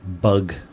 bug